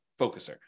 focuser